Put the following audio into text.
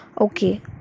Okay